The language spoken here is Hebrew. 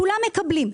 כולם מקבלים.